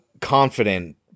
confident